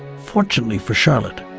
fortunately for charlotte,